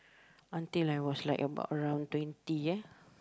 until I was like about around twenty